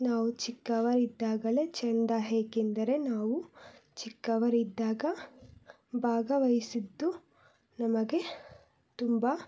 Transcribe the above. ನಾವು ಚಿಕ್ಕವರಿದ್ದಾಗಲೇ ಚೆಂದ ಏಕೆಂದರೆ ನಾವು ಚಿಕ್ಕವರಿದ್ದಾಗ ಭಾಗವಹಿಸಿದ್ದು ನಮಗೆ ತುಂಬ